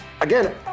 Again